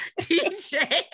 tj